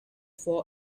for